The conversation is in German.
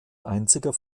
einziger